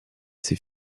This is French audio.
ses